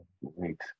wait